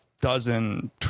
dozen